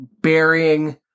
burying